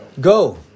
Go